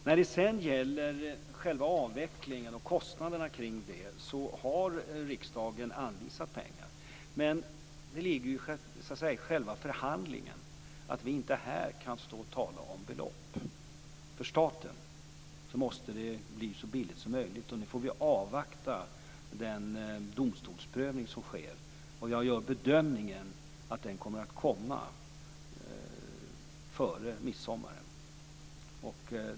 När det sedan gäller själva avvecklingen och kostnaderna kring det har riksdagen anvisat pengar. Men det ligger i själva förhandlingen att vi inte här kan stå och tala om belopp. För staten måste det bli så billigt som möjligt. Nu får vi avvakta den domstolsprövning som sker. Jag gör bedömningen att den kommer att vara klar före midsommar.